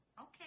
Okay